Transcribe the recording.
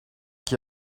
qui